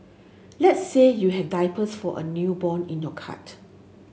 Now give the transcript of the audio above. let's say you have diapers for a newborn in your cart